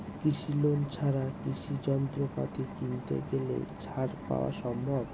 কৃষি লোন ছাড়া কৃষি যন্ত্রপাতি কিনতে গেলে ছাড় পাওয়া সম্ভব?